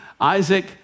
Isaac